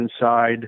inside